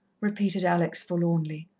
repeated alex forlornly.